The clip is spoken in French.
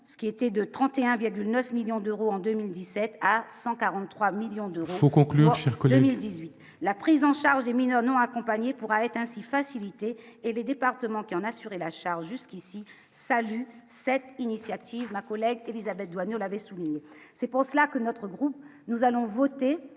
ce qui était de 31,9 millions d'euros en 2017 à 143 millions d'euros pour conclure, économie 18 la prise en charge des mineurs non accompagnés, pourra être ainsi faciliter et les départements qui en assurer la charge jusqu'ici salue cette initiative, la collecte Élisabeth Doineau l'avait souligné, c'est pour cela que notre groupe, nous allons voter